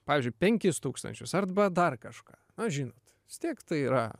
pavyzdžiui penkis tūkstančius arba dar kažką na žinot vis tiek tai yra